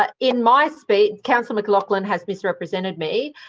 in my speech, councillor mclachlan has misrepresented me.